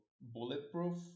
bulletproof